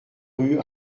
rue